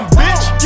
bitch